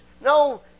No